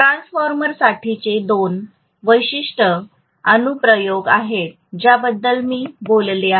ट्रान्सफॉर्मरसाठीचे हे दोन विशिष्ट अनुप्रयोग आहेत ज्याबद्दल मी बोललो आहे